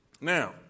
Now